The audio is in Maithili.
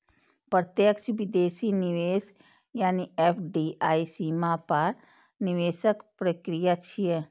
प्रत्यक्ष विदेशी निवेश यानी एफ.डी.आई सीमा पार निवेशक प्रक्रिया छियै